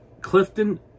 clifton